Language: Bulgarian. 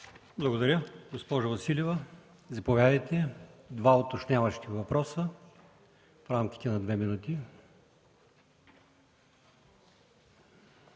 Благодаря. Госпожо Василева, заповядайте – два уточняващи въпроса в рамките на две минути.